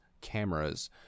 cameras